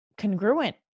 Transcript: congruent